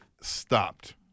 stopped